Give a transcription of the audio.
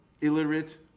illiterate